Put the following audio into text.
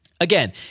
Again